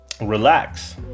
relax